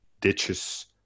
ditches